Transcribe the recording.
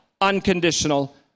unconditional